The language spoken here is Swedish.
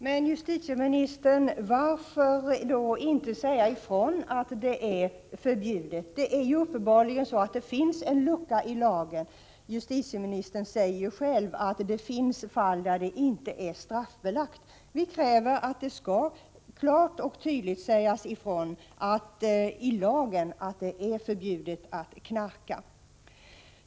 Herr talman! Men, justitieministern, varför då inte i lagen säga ifrån att det är förbjudet? Det är ju uppenbarligen så, att det finns en lucka i lagen — justitieministern säger själv att det finns fall då det inte är straffbelagt. Vi kräver att det i lagen klart och tydligt skall sägas ifrån att det är förbjudet att knarka.